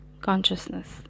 consciousness